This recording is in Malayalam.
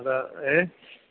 അത് ഏ